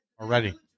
Already